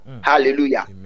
hallelujah